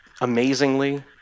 amazingly